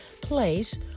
place